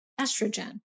estrogen